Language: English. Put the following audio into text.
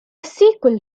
sequel